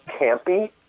campy